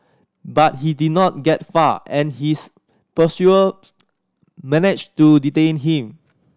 but he did not get far and his pursuers managed to detain him